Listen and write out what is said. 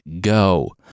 go